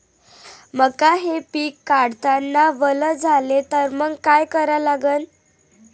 मका हे पिक काढतांना वल झाले तर मंग काय करावं लागन?